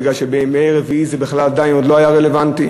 מפני שביום רביעי זה עדיין לא היה רלוונטי.